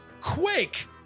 Quake